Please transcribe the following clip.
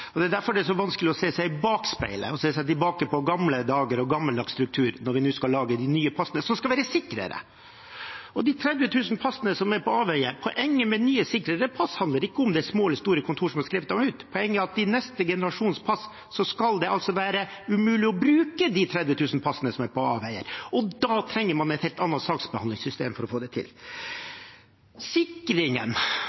pass. Det er derfor det er så vanskelig å se seg i bakspeilet – se tilbake på gamle dager og gammeldags struktur – når vi nå skal lage de nye passene, som skal være sikrere. Når det gjelder de 30 000 passene som er på avveier: Poenget med nye, sikrere pass handler ikke om det er små eller store kontorer som har skrevet dem ut; poenget er at med neste generasjons pass skal det være umulig å bruke de 30 000 passene som er på avveier. For å få det til